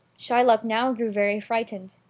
shylock now grew very frightened.